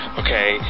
okay